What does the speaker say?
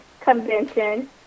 convention